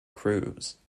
cruise